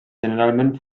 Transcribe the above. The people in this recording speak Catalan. generalment